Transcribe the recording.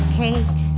cake